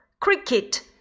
cricket